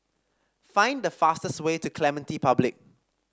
find the fastest way to Clementi Public